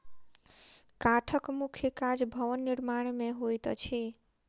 काठक मुख्य काज भवन निर्माण मे होइत अछि